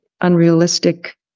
Unrealistic